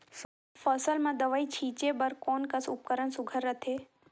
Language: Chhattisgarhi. फसल म दव ई छीचे बर कोन कस उपकरण सुघ्घर रथे?